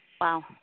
Wow